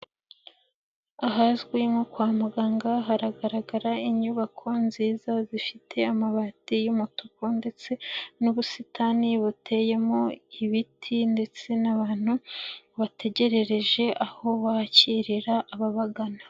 Ahazwi nko kwa muganga haragaragara inyubako nziza zifite amabati y'umutuku ndetse n'ubusitani buteyemo ibiti ndetse n'abantu bategerereje aho bakirira ababagana.